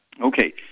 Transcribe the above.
Okay